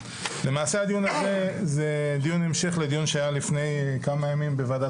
למעשה הדיון הזה זה דיון המשך לדיון שהיה לפני כמה ימים בוועדת